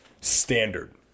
standard